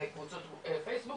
קבוצות פייסבוק